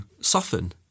soften